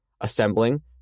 assembling